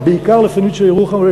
בעיקר ל"פניציה ירוחם".